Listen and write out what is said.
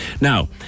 Now